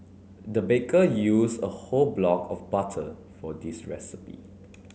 the baker used a whole block of butter for this recipe